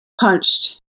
punched